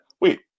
wait